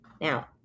Now